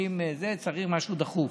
צריך משהו דחוף.